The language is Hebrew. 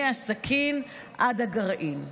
מהסכין עד הגרעין.